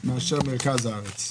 מאשר מרכז הארץ.